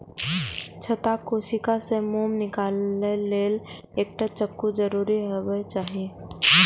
छत्ताक कोशिका सं मोम निकालै लेल एकटा चक्कू जरूर हेबाक चाही